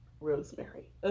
Rosemary